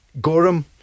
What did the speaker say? Gorham